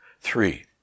three